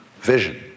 vision